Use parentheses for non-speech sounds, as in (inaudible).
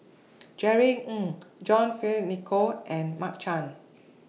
(noise) Jerry Ng John Fearns Nicoll and Mark Chan